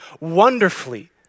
Wonderfully